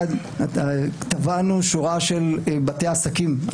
תבענו שורה של בתי עסקים.